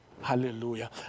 Hallelujah